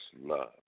love